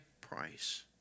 price